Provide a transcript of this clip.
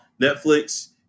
Netflix